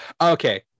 Okay